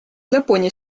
lõpuni